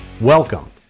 Welcome